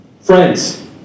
Friends